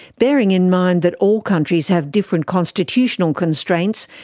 bearing in mind that all countries have different constitutional constraints,